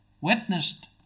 witnessed